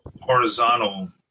horizontal